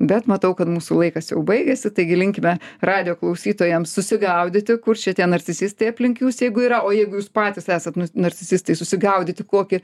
bet matau kad mūsų laikas jau baigėsi taigi linkime radijo klausytojams susigaudyti kur čia tie narcisistai aplink jus jeigu yra o jeigu jūs patys esat nu narcisistai susigaudyti kokį